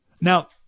Now